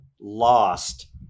lost